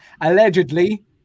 allegedly